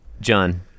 John